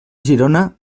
girona